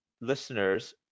listeners